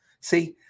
See